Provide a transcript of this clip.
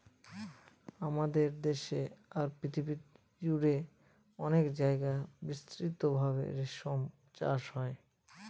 আমাদের দেশে আর পৃথিবী জুড়ে অনেক জায়গায় বিস্তৃত ভাবে রেশম চাষ হয়